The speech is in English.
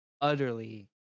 utterly